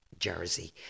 jersey